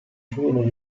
furono